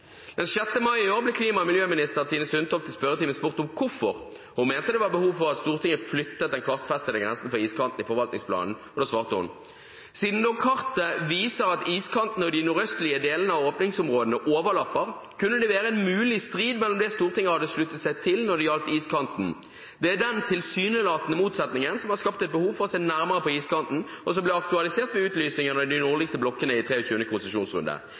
6. mai i år ble klima- og miljøminister Tine Sundtoft spurt i spørretimen om hvorfor hun mente det var behov for at Stortinget flyttet den kartfestede grensen for iskanten i forvaltningsplanen. Da svarte hun: «Siden da kartet viser at iskanten og de nordøstlige delene av åpningsområdene overlapper, kunne det være en mulig strid mellom det Stortinget hadde sluttet seg til når det gjaldt iskanten. Det er den tilsynelatende motsetningen som har skapt et behov for å se nærmere på iskanten, og som også ble aktualisert ved utlysingen av de nordligste blokkene i 23. konsesjonsrunde.